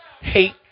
hate